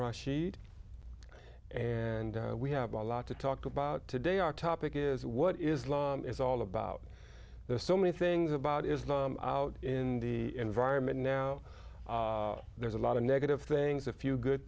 rashid and we have a lot to talk about today our topic is what islam is all about the so many things about islam out in the environment now there's a lot of negative things a few good